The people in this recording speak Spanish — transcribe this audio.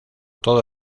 todo